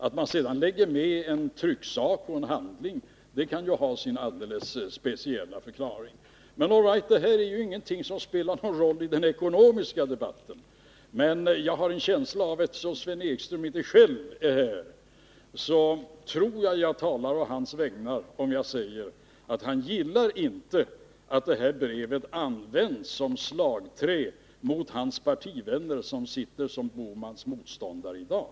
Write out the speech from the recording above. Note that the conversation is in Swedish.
Att man sedan lägger med en trycksak eller en annan handling kan ha sin alldeles speciella förklaring. Men all right — det här är ju ingenting som spelar någon roll i den ekonomiska debatten. Jag har emellertid en känsla av att jag talar å Sven Ekströms vägnar — han är ju inte själv här — när jag säger att Sven Ekström inte gillar att det här brevet används som slagträ mot hans partivänner, som sitter som Gösta Bohmans motståndare i dag.